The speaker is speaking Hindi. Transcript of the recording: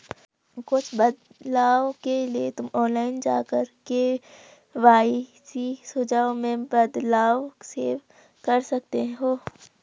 कुछ बदलाव के लिए तुम ऑनलाइन जाकर के.वाई.सी सुझाव में बदलाव सेव कर सकते हो